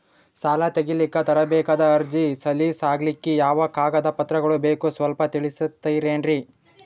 ಸಾಲ ತೆಗಿಲಿಕ್ಕ ತರಬೇಕಾದ ಅರ್ಜಿ ಸಲೀಸ್ ಆಗ್ಲಿಕ್ಕಿ ಯಾವ ಕಾಗದ ಪತ್ರಗಳು ಬೇಕು ಸ್ವಲ್ಪ ತಿಳಿಸತಿರೆನ್ರಿ?